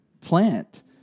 plant